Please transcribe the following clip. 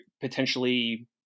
potentially